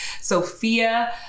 Sophia